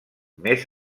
més